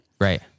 Right